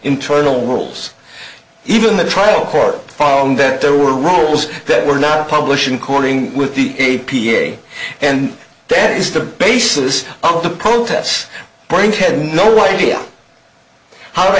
internal rules even the trial court found that there were rules that were not publishing corning with the a p a and that is the basis of the protests frank had no idea how to